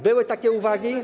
Były takie uwagi.